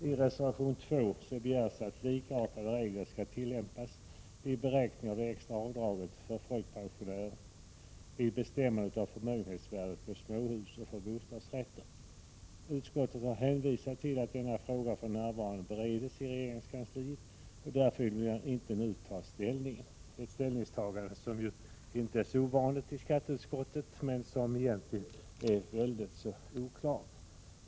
I reservation 2 begärs att likartade regler skall tillämpas vid beräkning av det extra avdraget för folkpensionärer vid bestämmande av förmögenhetsvärdet för småhus och för bostadsrätter. Utskottet har hänvisat till att denna fråga för närvarande bereds i regeringskansliet, och därför vill man inte nu ta ställning i frågan, ett ställningstagande som inte är så ovanligt i skatteutskottet men som egentligen är oklart.